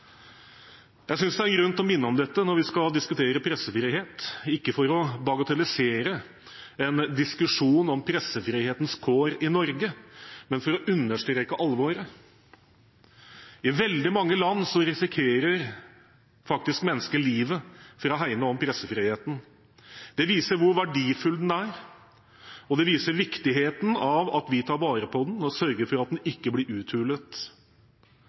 Jeg synes det er grunn til å minne om dette når vi skal diskutere pressefrihet – ikke for å bagatellisere en diskusjon om pressefrihetens kår i Norge, men for å understreke alvoret. I veldig mange land risikerer mennesker faktisk livet for å hegne om pressefriheten. Det viser hvor verdifull den er, og det viser viktigheten av at vi tar vare på den og sørger for at den ikke blir uthulet.